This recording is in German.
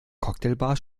cocktailbar